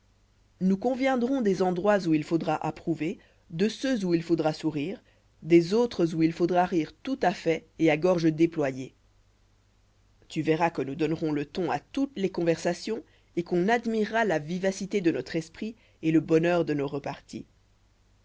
nous conviendrons des endroits où il faudra approuver de ceux où il faudra sourire des autres où il faudra rire tout à fait et à gorge déployée tu verras que nous donnerons le ton à toutes les conversations et qu'on admirera la vivacité de notre esprit et le bonheur de nos reparties